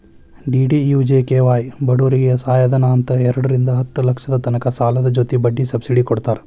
DDUGKY ಬಡೂರಿಗೆ ಸಹಾಯಧನ ಅಂತ್ ಎರಡರಿಂದಾ ಹತ್ತ್ ಲಕ್ಷದ ತನಕ ಸಾಲದ್ ಜೊತಿ ಬಡ್ಡಿ ಸಬ್ಸಿಡಿ ಕೊಡ್ತಾರ್